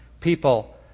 people